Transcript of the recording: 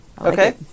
Okay